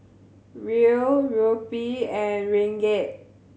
Riel Rupee and Ringgit